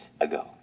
ago